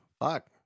fuck